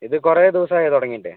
ഇത് കുറെ ദിവസമായോ തുടങ്ങിയിട്ട്